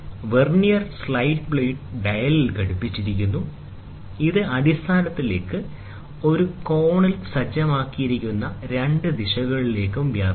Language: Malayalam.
വെർനിയർ സ്ലൈഡ് ബ്ലേഡ് ഡയലിൽ ഘടിപ്പിച്ചിരിക്കുന്നു ഇത് അടിസ്ഥാനത്തിലേക്ക് ഒരു കോണിൽ സജ്ജമാക്കിയിരിക്കുന്ന രണ്ട് ദിശകളിലേക്കും ഇത് വ്യാപിപ്പിക്കാം